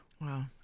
Wow